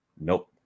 Nope